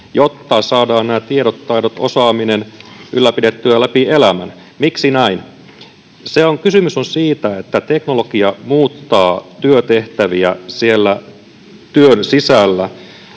jotta saadaan tiedot, taidot, osaaminen ylläpidettyä läpi elämän. Miksi näin? Kysymys on siitä, että teknologia muuttaa työtehtäviä siellä työn sisällä,